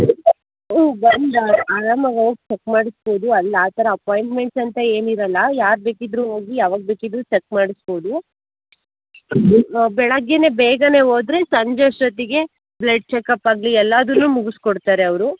ನೀವು ಬಂದು ಆರಾಮಾಗಿ ಹೋಗ್ ಚೆಕ್ ಮಾಡಿಸ್ಬೋದು ಅಲ್ಲಿ ಆ ಥರ ಅಪಾಯಿಂಟ್ಮೆಂಟ್ಸ್ ಅಂತ ಏನಿರೋಲ್ಲ ಯಾರು ಬೇಕಿದ್ದರೂ ಹೋಗಿ ಯಾವಾಗ ಬೇಕಿದ್ದರೂ ಚೆಕ್ ಮಾಡಿಸ್ಬೋದು ಬೆಳಗ್ಗೆಯೇ ಬೇಗನೇ ಹೋದ್ರೆ ಸಂಜೆ ಅಷ್ಟೊತ್ತಿಗೆ ಬ್ಲಡ್ ಚೆಕಪ್ ಆಗಲಿ ಎಲ್ಲದನ್ನೂ ಮುಗಿಸ್ಕೊಡ್ತಾರೆ ಅವರು